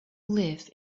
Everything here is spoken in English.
live